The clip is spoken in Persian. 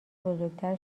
بزرگتر